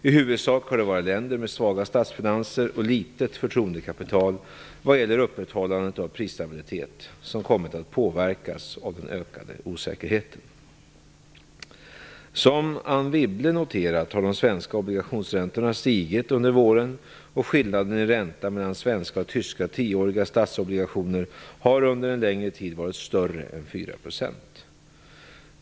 I huvudsak har det varit länder med svaga statsfinanser och litet förtroendekapital vad gäller upprätthållandet av prisstabilitet som kommit att påverkas av den ökade osäkerheten. Som Anne Wibble noterat har de svenska obligationsräntorna stigit under våren och skillnaden i ränta mellan svenska och tyska tioåriga statsobligationer har under en längre tid varit större än 4 %.